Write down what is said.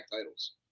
titles